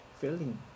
feeling